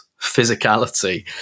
physicality